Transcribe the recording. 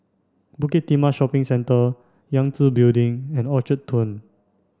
Bukit Timah Shopping Centre Yangtze Building and Orchard Turn